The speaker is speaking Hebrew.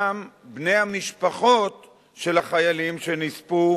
גם בני המשפחות של החיילים שנספו